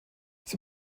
sie